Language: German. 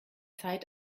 zeit